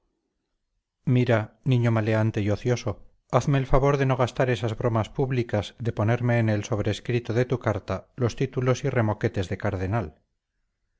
mira niño maleante y ocioso hazme el favor de no gastar esas bromas públicas de ponerme en el sobrescrito de tu carta los títulos y remoquetes de cardenal